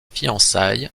fiançailles